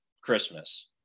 Christmas